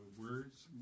words